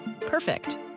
Perfect